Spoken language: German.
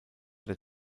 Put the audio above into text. der